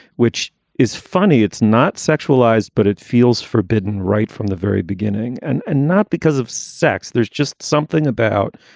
which is funny it's not sexualized, but it feels forbidden right from the very beginning and and not because of sex. there's just something about.